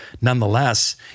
nonetheless